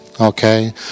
Okay